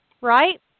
Right